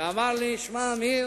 ואמר לי: שמע, עמיר,